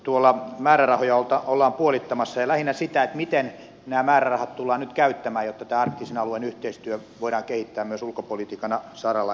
tuolla määrärahoja ollaan puolittamassa ja lähinnä kysyn sitä miten nämä määrärahat tullaan nyt käyttämään jotta tätä arktisen alueen yhteistyötä voidaan kehittää myös ulkopolitiikan saralla eteenpäin